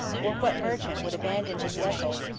or what merchant would abandon his vessel,